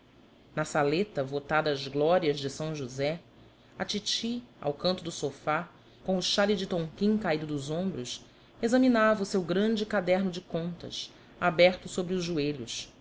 na saleta votada às glórias de são josé a titi ao canto do sofá com o xale de tonquim caído dos ombros examinava o seu grande caderno de contas aberto sobre os joelhos